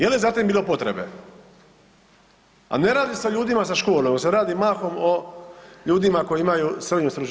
Je li za tim bilo potrebe, a ne radi se o ljudima sa školom, nego se radi mahom o ljudima koji imaju SSS?